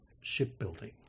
shipbuilding